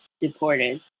deported